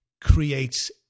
creates